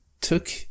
took